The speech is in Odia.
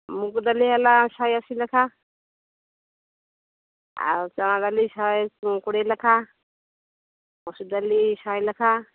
ମୁଗ ଡାଲି ହେଲା ଶହେ ଅଶୀ ଲେଖାଁ ଆଉ ଚଣା ଡାଲି ଶହେ କୋଡ଼ିଏ ଲେଖାଁ ମସୁର ଡାଲି ଶହେ ଲେଖାଁ